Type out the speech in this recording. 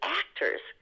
actors